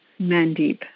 Mandeep